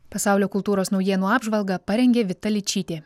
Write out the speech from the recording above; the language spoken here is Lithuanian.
pasaulio kultūros naujienų apžvalgą parengė vita ličytė